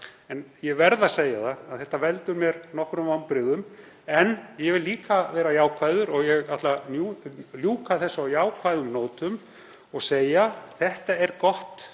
en ég verð að segja að þetta veldur mér nokkrum vonbrigðum. En ég vil líka vera jákvæður og ég ætla að ljúka þessu á jákvæðum nótum og segja: Þetta er gott